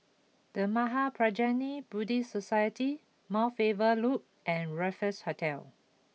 The Mahaprajna Buddhist Society Mount Faber Loop and Raffles Hotel